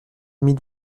mille